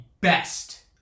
best